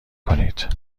کنید